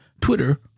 Twitter